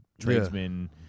tradesmen